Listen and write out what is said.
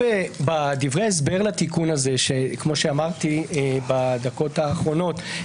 כמו שאמרתי בדקות האחרונות,